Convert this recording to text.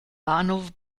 bahnhof